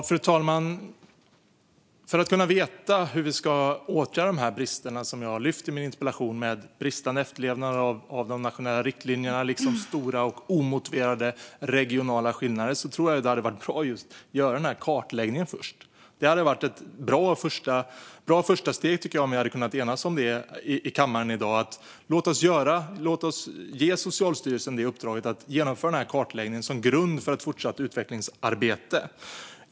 Fru talman! För att kunna veta hur vi ska åtgärda de brister som jag lyfte upp i min interpellation - bristande efterlevnad av de nationella riktlinjerna liksom stora och omotiverade regionala skillnader - tror jag att det hade varit bra att göra kartläggningen först. Det hade varit ett bra första steg om vi hade kunnat enas om detta här i kammaren i dag. Låt oss ge Socialstyrelsen i uppdrag att genomföra kartläggningen som en grund för ett fortsatt utvecklingsarbete.